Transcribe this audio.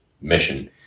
mission